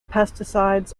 pesticides